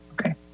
Okay